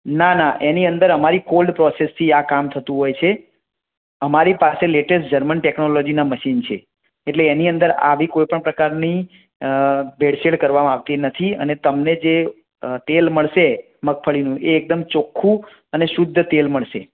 ના ના એની અંદર અમારી કોલ્ડ પ્રોસેસથી આ કામ થતું હોય છે અમારી પાસે લેટેસ્ટ જર્મન ટેક્નોલોજીનાં મશીન છે એટલે એની અંદર આવી કોઈ પણ પ્રકારની અ ભેળસેળ કરવામાં આવતી નથી અને તમને જે તેલ મળશે મગફળીનું એ એકદમ ચોખ્ખું અને શુદ્ધ તેલ મળશે